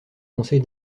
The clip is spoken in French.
conseil